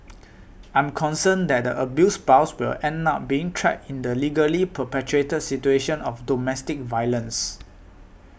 I'm concerned that abused spouse will end up being trapped in the legally perpetuated situation of domestic violence